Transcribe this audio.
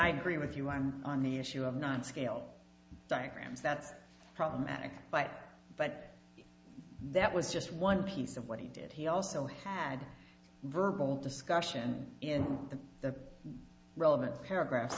i agree with you i'm on the issue of not scale diagrams that's problematic like but that was just one piece of what he did he also had a verbal discussion in the relevant paragraphs